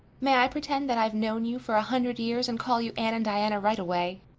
may i pretend that i've known you for a hundred years and call you anne and diana right away?